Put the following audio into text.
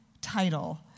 title